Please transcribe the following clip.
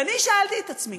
ואני שאלתי את עצמי,